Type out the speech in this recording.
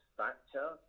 factor